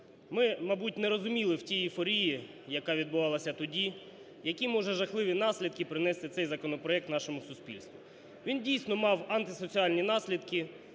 ми мабуть не розуміли в тій ейфорії, яка відбувалася тоді, які може жахливі наслідки принести цей законопроект нашому суспільству? Він дійсно мав антисоціальні наслідки